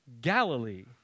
Galilee